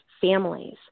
families